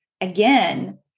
again